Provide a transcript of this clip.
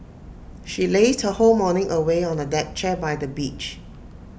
she lazed her whole morning away on A deck chair by the beach